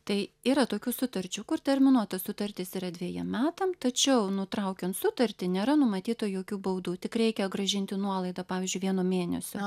tai yra tokių sutarčių kur terminuota sutartis yra dvejiem metam tačiau nutraukiant sutartį nėra numatyta jokių baudų tik reikia grąžinti nuolaidą pavyzdžiui vieno mėnesio